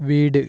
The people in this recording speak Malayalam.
വീട്